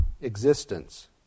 existence